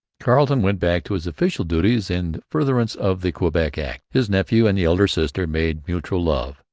carleton went back to his official duties in furtherance of the quebec act. his nephew and the elder sister made mutual love.